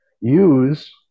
use